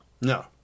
No